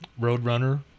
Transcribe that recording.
Roadrunner